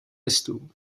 listů